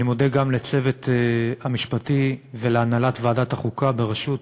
אני מודה גם לצוות המשפטי ולהנהלת ועדת החוקה בראשות